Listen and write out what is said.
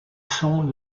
sont